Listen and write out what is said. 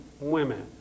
women